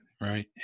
right